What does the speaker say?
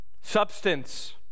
substance